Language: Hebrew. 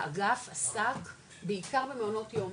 האגף עסק בעיקר במעונות יום,